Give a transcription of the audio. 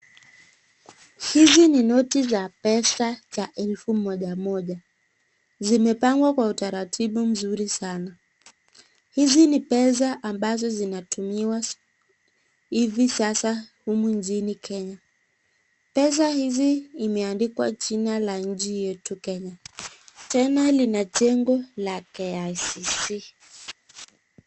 Hizi ni noti za pesa za elfu moja moja. Zimepangwa kwa utaratibu nzuri sana. Hizi ni pesa ambazo zinatumiwa hivi sasa humu nchini Kenya. Pesa hizi imeandikwa jina la nchi yetu Kenya. Tena lina jengo la KICC.